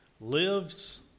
lives